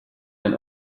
den